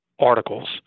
articles